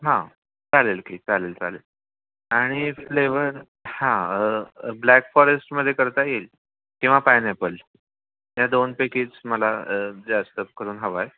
हा चालेल ठीक चालेल चालेल आणि फ्लेवर हा ब्लॅक फॉरेस्टमध्ये करता येईल किंवा पायनॅपल या दोन पैकीच मला जास्त करून हवा आहे